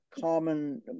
common